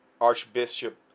Archbishop